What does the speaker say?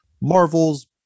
Marvels